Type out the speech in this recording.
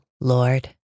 Lord